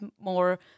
more